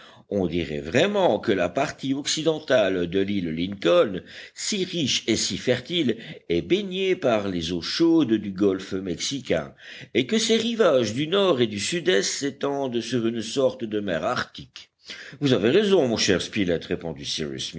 on dirait vraiment que la partie occidentale de l'île lincoln si riche et si fertile est baignée par les eaux chaudes du golfe mexicain et que ses rivages du nord et du sud-est s'étendent sur une sorte de mer arctique vous avez raison mon cher spilett répondit